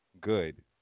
Good